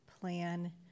plan